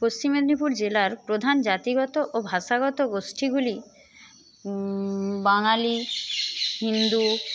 পশ্চিম মেদিনীপুর জেলার প্রধান জাতিগত ও ভাষাগত গোষ্ঠীগুলি বাঙালি হিন্দু